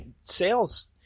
Sales